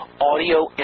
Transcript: audio